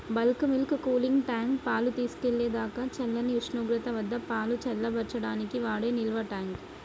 bulk milk cooling tank, పాలు తీసుకెళ్ళేదాకా చల్లని ఉష్ణోగ్రత వద్దపాలు చల్లబర్చడానికి వాడే నిల్వట్యాంక్